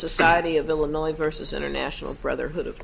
society of illinois versus international brotherhood of